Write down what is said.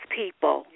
people